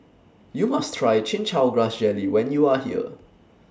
YOU must Try Chin Chow Grass Jelly when YOU Are here